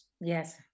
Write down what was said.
Yes